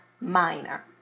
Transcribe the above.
Minor